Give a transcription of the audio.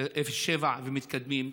07 ומתקדמים,